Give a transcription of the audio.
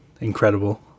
incredible